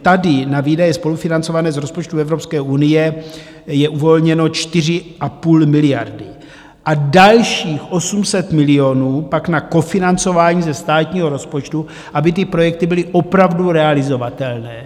Tady na výdaje spolufinancované z rozpočtu Evropské unie je uvolněno 4,5 miliardy a dalších 800 milionů pak na kofinancování ze státního rozpočtu, aby ty projekty byly opravdu realizovatelné.